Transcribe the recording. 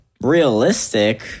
realistic